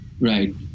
Right